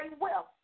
wealth